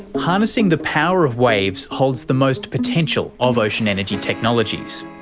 harnessing the power of waves holds the most potential of ocean energy technologies,